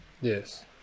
yes